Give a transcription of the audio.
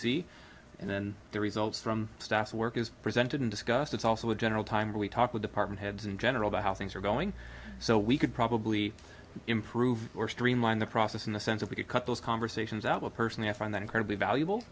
see and then the results from staff work is presented and discussed it's also a general time we talk with department heads in general about how things are going so we could probably improve or streamline the process in a sense if we could cut those conversations out well personally i find that incredibly valuable